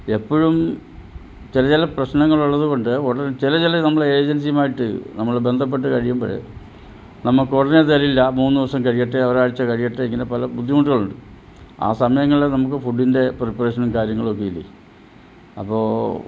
എപ്പോഴും ചില ചില പ്രശ്നങ്ങൾ ഉള്ളത്കൊണ്ട് ഉടനെ ചില ചില നമ്മുടെ ഏജൻസിയുമായിട്ട് നമ്മൾ ബന്ധപ്പെട്ടു കഴിയുമ്പോൾ നമുക്ക് ഉടനെ തരില്ല മൂന്ന് ദിവസം കഴിയട്ടെ ഒരാഴ്ച്ച കഴിയട്ടെ ഇങ്ങനെ പല ബുദ്ധിമുട്ടുകളുണ്ട് ആ സമയങ്ങളിൽ നമുക്ക് ഫുഡിൻ്റെ പ്രിപറേഷനും കാര്യങ്ങളൊക്കെ ഇല്ലെ അപ്പോൾ